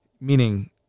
meaning